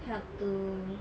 help to